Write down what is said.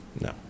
No